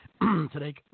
today